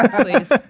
Please